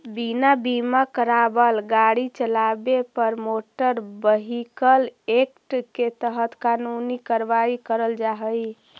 बिना बीमा करावाल गाड़ी चलावे पर मोटर व्हीकल एक्ट के तहत कानूनी कार्रवाई करल जा हई